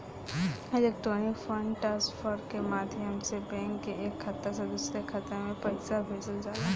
electronic fund transfer के माध्यम से बैंक के एक खाता से दूसरा खाता में पईसा भेजल जाला